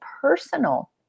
personal